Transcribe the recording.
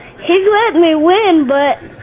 he's lettin' me win, but,